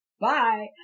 Bye